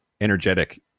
energetic